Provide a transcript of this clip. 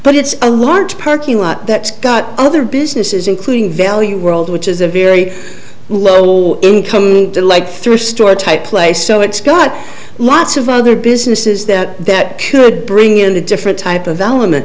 but it's a large parking lot that's got other businesses including value world which is a very low income like thrift store type place so it's got lots of other businesses that that could bring in a different type of element